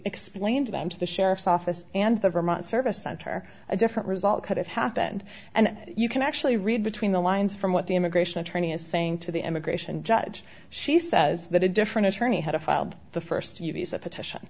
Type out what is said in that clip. explained to them to the sheriff's office and the vermont service center a different result could have happened and you can actually read between the lines from what the immigration attorney is saying to the immigration judge she says that a different attorney had a filed the first u v s a petition